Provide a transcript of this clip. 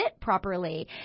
properly